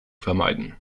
vermeiden